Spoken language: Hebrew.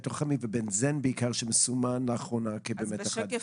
בעיקר על בנזן שמסומן לאחרונה כאחד --- בשקף